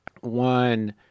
one